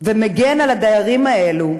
ומגן על הדיירים האלה,